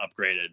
upgraded